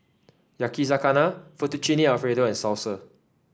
Yakizakana Fettuccine Alfredo and Salsa